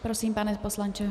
Prosím, pane poslanče.